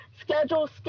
schedule